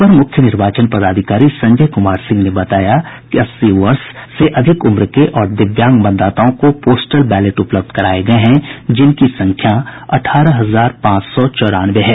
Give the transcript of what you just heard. अपर मुख्य निर्वाचन पदाधिकरी संजय कुमार सिंह ने बताया कि अस्सी वर्ष से अधिक उम्र के और दिव्यांग मतदाताओं को पोस्टल बैलेट उपलब्ध कराये गये हैं जिनकी संख्या अठारह हजार पांच सौ चौरानवे है